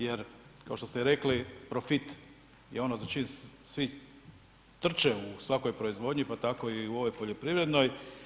Jer, kao što ste vi rekli, profit je ono za čim svi trče u svakoj proizvodnji, pa tako i u ovoj poljoprivrednoj.